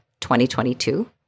2022